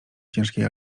ciężkiej